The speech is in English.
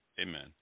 Amen